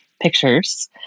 pictures